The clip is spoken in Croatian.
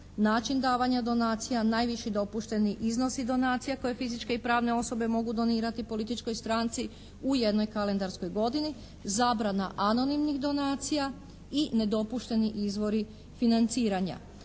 način davanja donacija, najviši dopušteni iznosi donacija koje fizičke i pravne osobe mogu donirati političkoj stranci u jednoj kalendarskoj godini. Zabrana anonimnih donacija i nedopušteni izvori financiranja.